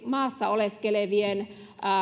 maassa oleskelevien